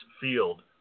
field